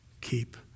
keep